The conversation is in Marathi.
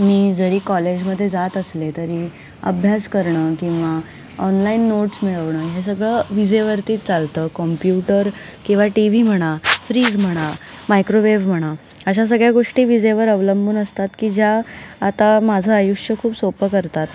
मी जरी कॉलेजमध्ये जात असले तरी अभ्यास करणं किंवा ऑनलाईन नोट्स मिळवणं हे सगळं विजेवरती चालतं कॉम्प्युटर किंवा टी व्ही म्हणा फ्रीज म्हणा मायक्रोवेव्ह म्हणा अशा सगळ्या गोष्टी विजेवर अवलंबून असतात की ज्या आता माझं आयुष्य खूप सोपं करतात